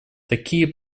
такие